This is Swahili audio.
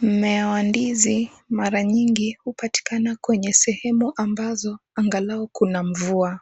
Mmea wa ndizi mara nyingi hupatikana kwenye sehemu ambazo angalau kuna mvua.